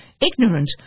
ignorant